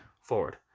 forward